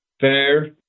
fair